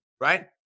right